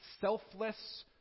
selfless